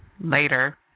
later